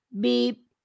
beep